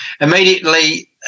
Immediately